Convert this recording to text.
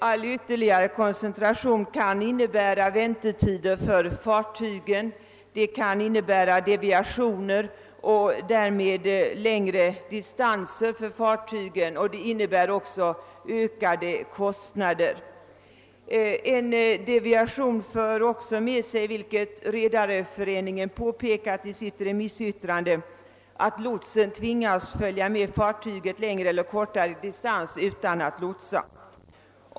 Koncentrationen kan komma att innebära väntetider för fartygen liksom också deviationer, vilket innebär förlängning av de distanser som fartygen måste gå och därmed ökade kostnader. Som Sveriges redareförening framhållit i sitt remissyttrande för en deviation också med sig att lotsen tvingas följa med fartyget längre eller kortare distans utan att lotsa.